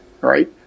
right